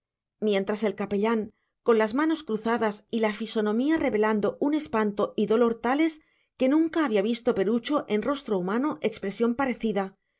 mientras el capellán con las manos cruzadas y la fisonomía revelando un espanto y dolor tales que nunca había visto perucho en rostro humano expresión parecida